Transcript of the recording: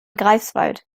greifswald